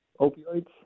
opioids